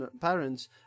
parents